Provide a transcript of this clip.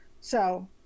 So-